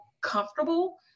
comfortable